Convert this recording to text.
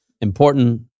important